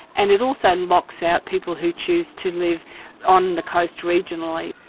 and it also and locks out people who choose to live on the coast regionally.